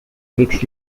weeks